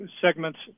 segments